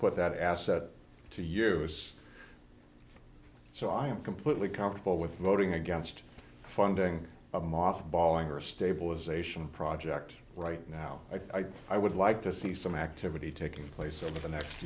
put that asset to use so i am completely comfortable with voting against funding a mosque bollinger stabilization project right now i think i would like to see some activity taking place in the next